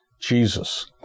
Jesus